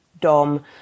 Dom